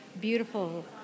beautiful